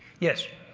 yes,